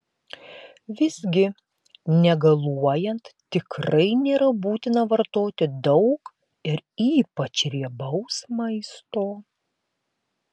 visgi negaluojant tikrai nėra būtina vartoti daug ir ypač riebaus maisto